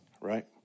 right